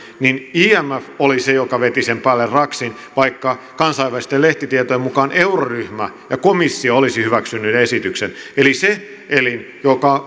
imf oli se joka veti sen päälle raksin vaikka kansainvälisten lehtitietojen mukaan euroryhmä ja komissio olisivat hyväksyneet esityksen eli se elin